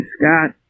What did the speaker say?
Scott